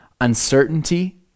uncertainty